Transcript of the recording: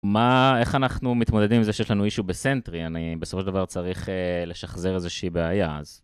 מה איך אנחנו מתמודדים עם זה שיש לנו אישו בסנטרי, אני בסופו של דבר צריך לשחזר איזושהי בעיה אז.